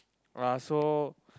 !wah! so